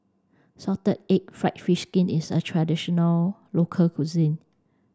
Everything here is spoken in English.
salted egg fried fish skin is a traditional local cuisine